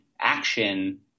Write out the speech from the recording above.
action